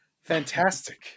fantastic